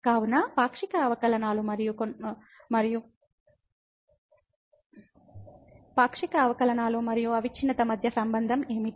కాబట్టి పాక్షిక అవకలనాలు మరియు కొనసాగింపు మధ్య సంబంధం ఏమిటి